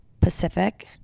Pacific